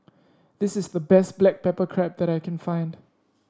this is the best Black Pepper Crab that I can find